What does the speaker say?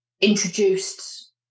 introduced